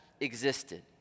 existed